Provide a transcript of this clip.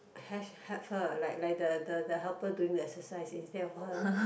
has help her like like the the the helper doing the exercise instead of her